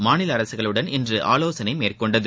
மாநில அரசுகளுடன் இன்று ஆலோசனை மேற்கொண்டது